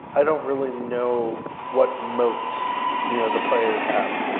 i don't really know what moat you know the players have.